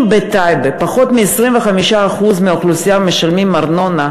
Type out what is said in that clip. אם בטייבה פחות מ-25% מהאוכלוסייה משלמים ארנונה,